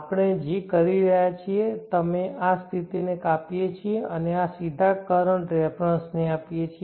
આપણે જે કરી રહ્યા છીએ અમે આ સ્થિતિને કાપીએ છીએ અને આ સીધા કરંટ રેફરન્સને આપીએ છીએ